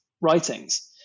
writings